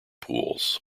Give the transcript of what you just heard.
pools